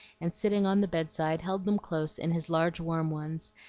and sitting on the bedside held them close in his large warm ones,